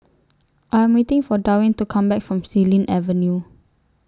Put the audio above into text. I Am waiting For Darwyn to Come Back from Xilin Avenue